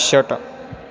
षट्